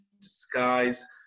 disguise